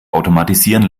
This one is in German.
automatisieren